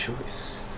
choice